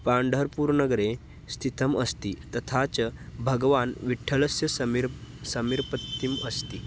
पण्ढरपुरनगरे स्थितम् अस्ति तथा च भगवान् विठ्ठलस्य समिर् समर्पितम् अस्ति